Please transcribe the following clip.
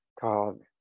called